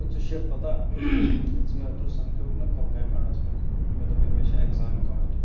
او ژےٚ چھےٚ یَہ پَتہ ییٚلہِ ژٕ مےٚ اوترٕ سَمکھیوُکھ نَہ کۄلگامہِ اَڈَس منٛز مےٚ دوٚپُے مےٚ چھُ اٮ۪کزام کالجہِ